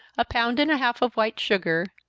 a pound and a half of white sugar,